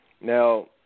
now